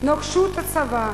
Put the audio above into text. נוקשות הצבא,